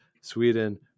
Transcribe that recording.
Sweden